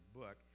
book